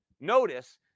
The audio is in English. notice